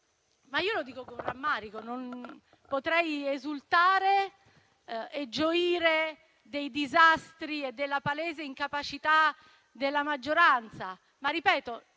rimandi. Lo dico con rammarico: potrei esultare e gioire dei disastri e della palese incapacità della maggioranza, ma non